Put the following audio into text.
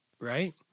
Right